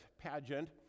pageant